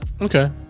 Okay